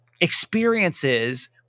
experiences